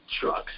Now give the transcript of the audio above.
trucks